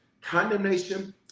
condemnation